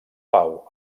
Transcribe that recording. pau